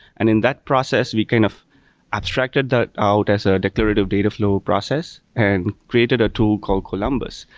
and in that process, we kind of abstracted that out as ah a declarative dataflow process and created a tool called columbus,